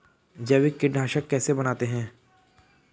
जैविक कीटनाशक कैसे बनाते हैं?